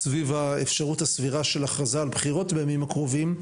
סביב האפשרות הסבירה של הכרזה על בחירות בימים הקרובים,